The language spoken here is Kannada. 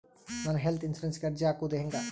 ನಾನು ಹೆಲ್ತ್ ಇನ್ಸುರೆನ್ಸಿಗೆ ಅರ್ಜಿ ಹಾಕದು ಹೆಂಗ?